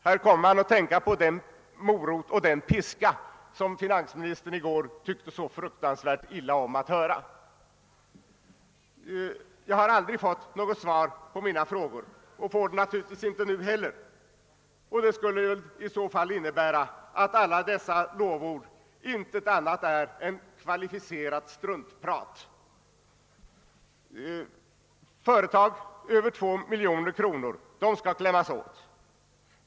Här kommer man att tänka på den morot och den piska som finansministern i går tyckte så fruktansvärt illa om att man åberopade. Jag har aldrig fått några svar på mina frågor och får det naturligtvis inte nu heller. Det uteblivna svaret skulle väl i så fall innebära att alla dessa lovord intet annat är än kvalificerat struntprat. Företag över 2 miljoner kronor — skall klämmas åt.